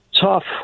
tough